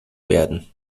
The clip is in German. werden